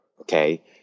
okay